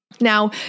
Now